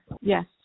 Yes